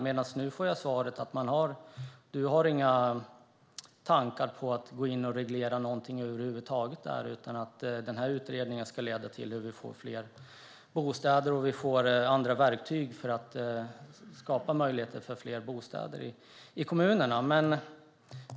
Men nu får jag svaret att du inte har några tankar på att gå in och reglera någonting över huvud taget, utan denna utredning handlar om hur vi får fler bostäder och andra verktyg för att skapa möjligheter för fler bostäder i kommunerna.